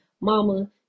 mama